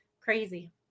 Crazy